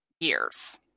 years